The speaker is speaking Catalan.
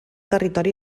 territori